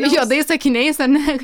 juodais akiniais ar ne